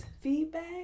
feedback